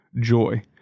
joy